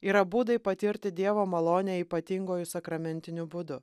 yra būdai patirti dievo malonę ypatinguoju sakramentiniu būdu